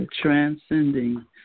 Transcending